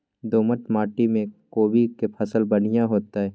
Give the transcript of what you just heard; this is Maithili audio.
दोमट माटी में कोबी के फसल बढ़ीया होतय?